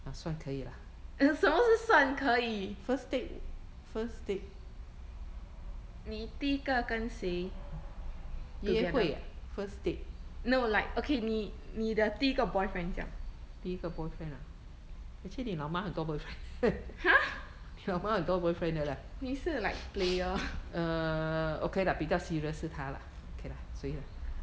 err 什么是算可以你第一个跟谁 no like okay 你你的第一个 boyfriend 这样 !huh! 你是 like player